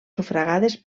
sufragades